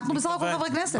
אנחנו בסך הכול חברי כנסת.